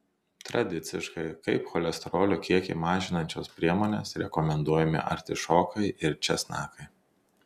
tradiciškai kaip cholesterolio kiekį mažinančios priemonės rekomenduojami artišokai ir česnakai